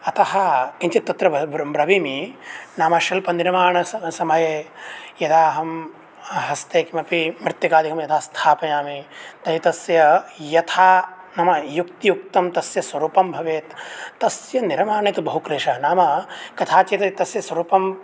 अतः किञ्चित् तत्र ब्रवीमि नाम शिल्पनिर्माणस समये यदा अहं हस्ते किमपि मृत्तिकादिकं यदा स्थापयामि एतस्य यथा नाम युक्तियुक्तं तस्य स्वरूपं भवेत् तस्य निर्माणे तु बहुक्लेशः नाम कथाचित् तस्य स्वरूपं